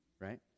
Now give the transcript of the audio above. right